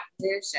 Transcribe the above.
vision